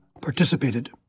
participated